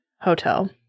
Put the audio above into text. hotel